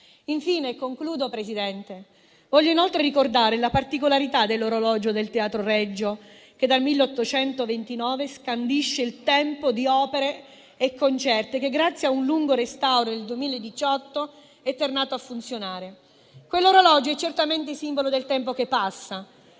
Rai. Signor Presidente, voglio inoltre ricordare la particolarità dell'orologio del Teatro Regio, che dal 1829 scandisce il tempo di opere e concerti e che, grazie a un lungo restauro, nel 2018 è tornato a funzionare. Quell'orologio è certamente il simbolo del tempo che passa,